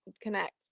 connect